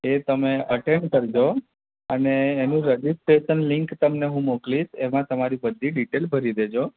એ તમે અટેઈન કરજો અને એનું રજીસ્ટ્રેશન લિંક તમને હું મોકલીશ એમાં તમારી બધી ડિટેલ ભરી દેજો